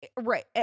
Right